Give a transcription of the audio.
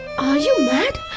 are you mad?